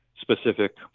specific